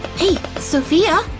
hey! sophia!